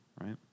right